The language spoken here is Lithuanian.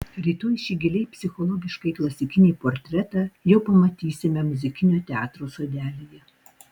rytoj šį giliai psichologiškai klasikinį portretą jau pamatysime muzikinio teatro sodelyje